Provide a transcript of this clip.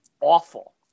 awful